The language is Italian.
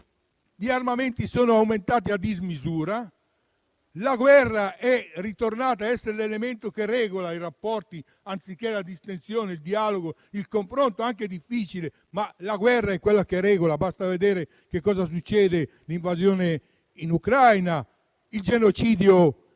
gli armamenti sono aumentati a dismisura e la guerra è tornata ad essere l'elemento che regola i rapporti, anziché la distensione, il dialogo re il confronto, anche difficile. È la guerra quella che regola, basti vedere cosa succede con l'invasione in Ucraina, il genocidio a